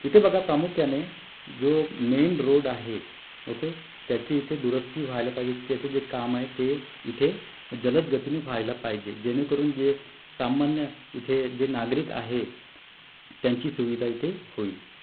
इथे बघा प्रामुख्याने जो मेन रोड आहे ओके त्याची इथे दुरस्ती व्हायला पाहिजे त्याचं जे काम आहे ते इथे जलदगतीने व्हायला पाहिजे जेणेकरून जे सामान्य इथे जे नागरिक आहे त्यांची सुविधा इथे होईल